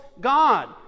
God